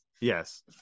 Yes